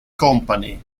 company